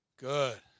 Good